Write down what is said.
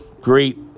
great